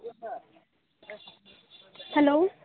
hello